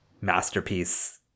masterpiece